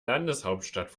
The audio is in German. landeshauptstadt